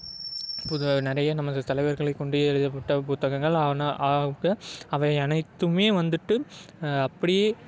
புது நிறையா நமது தலைவர்களை கொண்டு எழுதப்பட்ட புத்தகங்கள் ஆனால் ஆவ் அவை அனைத்துமே வந்துவிட்டு அப்படியே